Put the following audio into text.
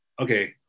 okay